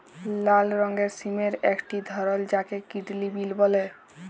লাল রঙের সিমের একটি ধরল যাকে কিডলি বিল বল্যে